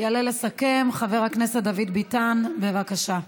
יעלה לסכם חבר הכנסת דוד ביטן, בבקשה.